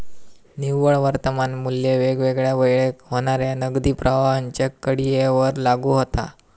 निव्वळ वर्तमान मू्ल्य वेगवेगळ्या वेळेक होणाऱ्या नगदी प्रवाहांच्या कडीयेवर लागू होता